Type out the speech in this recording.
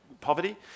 poverty